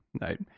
Right